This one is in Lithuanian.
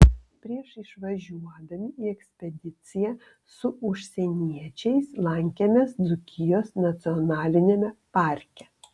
prieš išvažiuodami į ekspediciją su užsieniečiais lankėmės dzūkijos nacionaliniame parke